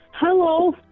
Hello